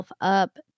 up